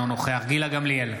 אינו נוכח גילה גמליאל,